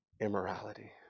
immorality